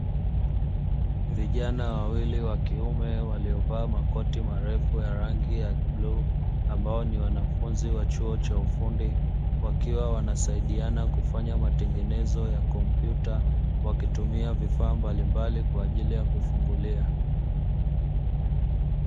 Vijana wawili wa kiume waliovaa makoti marefu ya rangi ya bluu ambao ni wanafunzi wa chuo cha ufundi wakiwa wanasaidiana kufanya matengenezo ya kompyuta wakitumia vifaa mbalimbali kwa ajili ya kufungulia.